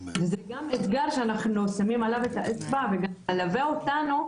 וזה גם אתגר שאנחנו שמים עליו את האצבע ומלווה אותנו,